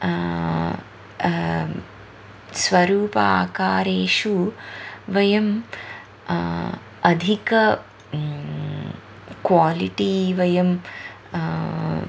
स्वरूप आकारेषु वयम् अधिकं क्वालिटी वयं